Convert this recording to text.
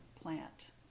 plant